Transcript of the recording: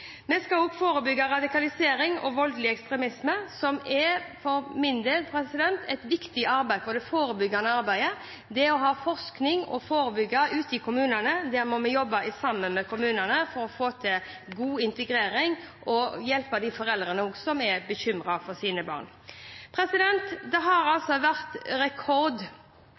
vi skal videreføre dette arbeidet. Vi skal også forebygge radikalisering og voldelig ekstremisme, som for min del er et viktig arbeid. Det forebyggende arbeid – det å ha forskning og forebygge – ute i kommunene må vi jobbe sammen med kommunene om for å få til god integrering og hjelpe foreldrene som er bekymret for sine barn. Det har vært